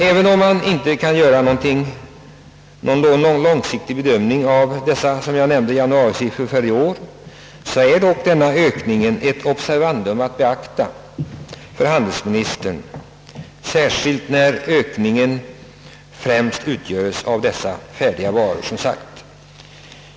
Även om man inte kan dra några långsiktiga slutsatser av januarisiffrorna för i år är dock ökningen ett observandum för handelsministern, särskilt som den främst utgöres av färdiga varor.